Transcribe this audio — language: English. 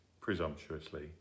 presumptuously